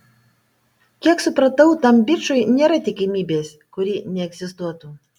kiek supratau tam bičui nėra tikimybės kuri neegzistuotų